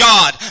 God